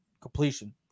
completion